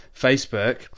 Facebook